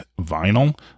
vinyl